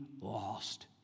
lost